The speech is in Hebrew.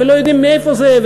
ולא יודעים מאיפה זה,